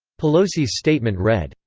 pelosi's statement read,